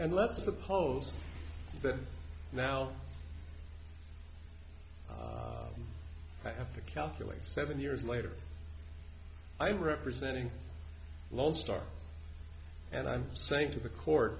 and let's suppose that now i have to calculate seven years later i'm representing lone star and i'm saying to the court